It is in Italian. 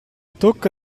tocca